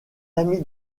ami